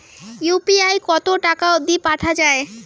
UPI কতো টাকা অব্দি পাঠা যায়?